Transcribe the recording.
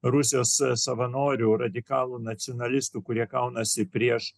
rusijos savanorių radikalų nacionalistų kurie kaunasi prieš